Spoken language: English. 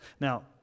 Now